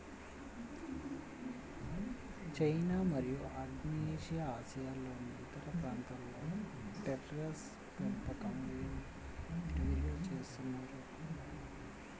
China మరియు ఆగ్నేయాసియాలోని ఇతర ప్రాంతాలలో టెర్రేస్ పెంపకం విరివిగా చేస్తున్నారు